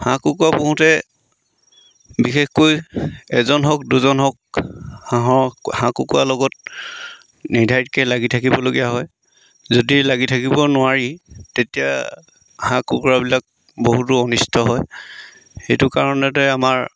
হাঁহ কুকুৰা পোহোঁতে বিশেষকৈ এজন হওক দুজন হওক হাঁহক হাঁহ কুকুৰা লগত নিৰ্ধাৰিতকৈ লাগি থাকিবলগীয়া হয় যদি লাগি থাকিব নোৱাৰি তেতিয়া হাঁহ কুকুৰাবিলাক বহুতো অনিষ্ট হয় সেইটো কাৰণতে আমাৰ